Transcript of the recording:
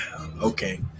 okay